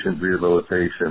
rehabilitation